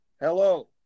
hello